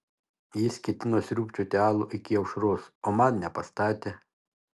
jis ketino sriūbčioti alų iki aušros o man nepastatė